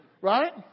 right